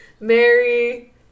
Mary